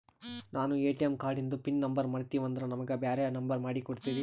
ನಾನು ಎ.ಟಿ.ಎಂ ಕಾರ್ಡಿಂದು PIN number ಮರತೀವಂದ್ರ ನಮಗ ಬ್ಯಾರೆ ನಂಬರ್ ಮಾಡಿ ಕೊಡ್ತೀರಿ?